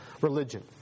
religion